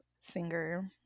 singer